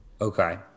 Okay